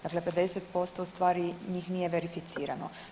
Dakle, 50% u stvari njih nije verificirano.